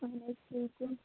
اہن حظ ٹھیٖک چھُ